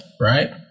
Right